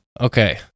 Okay